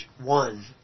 one